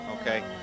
Okay